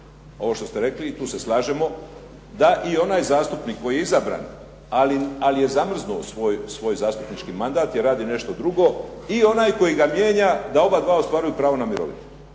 ovo što ste rekli i tu se slažemo da i onaj zastupnik koji je izabran ali je zamrznuo svoj zastupnički mandat jer radi nešto drugo i onaj koji ga mijenja da oba dva ostvaruju pravo na mirovinu.